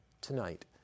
tonight